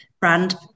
brand